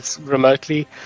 remotely